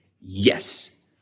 yes